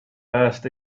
burst